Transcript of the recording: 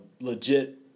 legit